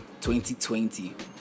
2020